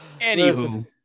Anywho